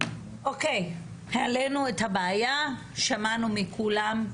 העלינו את הבעיה, שמענו מכולם.